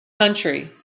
country